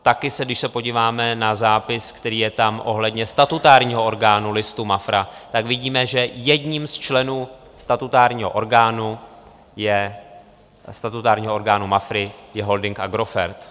Taky když se podíváme na zápis, který je tam ohledně statutárního orgánu listu MAFRA, tak vidíme, že jedním z členů statutárního orgánu MAFRY je holding Agrofert.